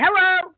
hello